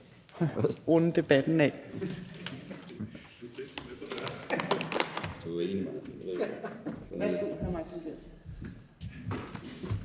runde debatten af.